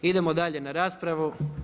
Idemo dalje na raspravu.